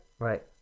Right